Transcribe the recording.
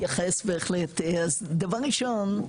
להתייחס בהחלט, דבר ראשון.